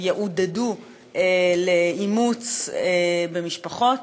הם יעודדו אימוץ במשפחות.